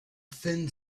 thin